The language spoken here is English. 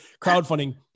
crowdfunding